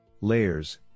layers